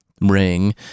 Ring